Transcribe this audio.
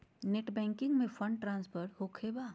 Net banking से fund transfer होखें बा?